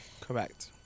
Correct